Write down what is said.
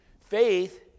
faith